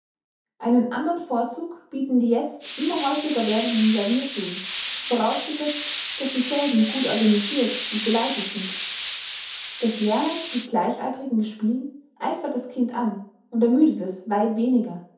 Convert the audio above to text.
einen andern vorzug bieten die jetzt immer häufiger werdenden klavierschulen vorausgesetzt daß dieselben gut organisirt und geleitet sind das lernen mit gleich altrigen gespielen eifert das kind an und ermüdet es weit weniger